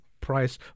price